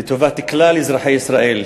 לטובת כלל אזרחי ישראל.